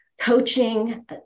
coaching